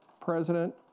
president